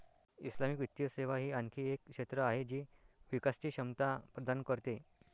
Islamic वित्तीय सेवा ही आणखी एक क्षेत्र आहे जी विकासची क्षमता प्रदान करते